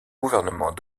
gouvernement